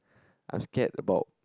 I'm scared about